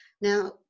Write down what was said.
Now